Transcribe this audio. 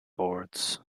boards